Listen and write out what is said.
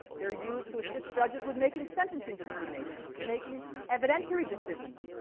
they're used to assist judges with making sentencing determinations, to making evidentiary decisions.